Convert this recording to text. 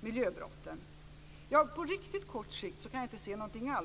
miljöbrotten. Ja, på riktigt kort sikt kan jag inte se någonting alls.